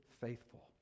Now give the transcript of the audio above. faithful